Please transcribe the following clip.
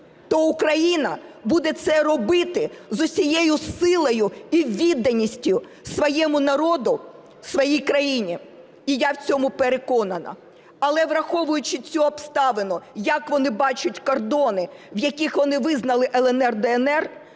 то Україна буде це робити з усією силою і відданістю своєму народу, своїй країні і я в цьому переконана. Але, враховуючи цю обставину, як вони бачать кордони, в яких вони визнали "ЛНР", "ДНР",